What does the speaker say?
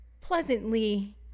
pleasantly